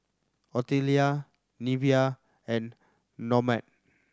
Ottilia Neveah and Normand